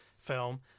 film